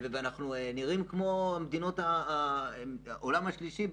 ואנחנו נראים כמו מדינות עולם שלישי.